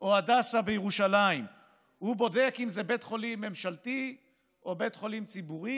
או הדסה בירושלים בודק אם זה בית חולים ממשלתי או בית חולים ציבורי,